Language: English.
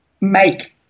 make